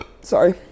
Sorry